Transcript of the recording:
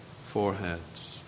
foreheads